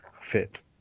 Fit